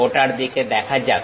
ওটার দিকে দেখা যাক